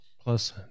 plus